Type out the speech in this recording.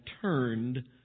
turned